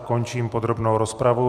Končím podrobnou rozpravu.